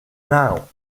now